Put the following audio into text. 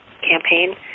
campaign